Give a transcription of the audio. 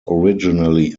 originally